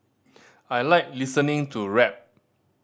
I like listening to rap